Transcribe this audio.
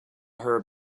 her